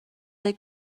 they